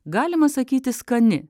galima sakyti skani